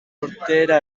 urtera